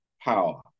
power